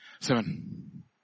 Seven